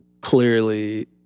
clearly